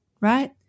right